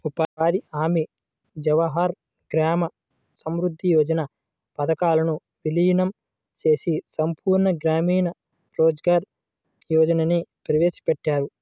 ఉపాధి హామీ, జవహర్ గ్రామ సమృద్ధి యోజన పథకాలను వీలీనం చేసి సంపూర్ణ గ్రామీణ రోజ్గార్ యోజనని ప్రవేశపెట్టారు